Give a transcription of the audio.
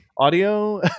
Audio